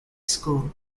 school